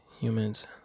humans